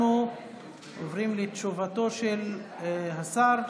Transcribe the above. אנחנו עוברים לתשובתו של השר,